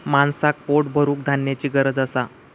माणसाक पोट भरूक धान्याची गरज असा